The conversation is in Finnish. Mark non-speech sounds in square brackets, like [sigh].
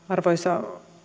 [unintelligible] arvoisa